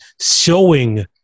showing